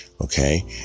Okay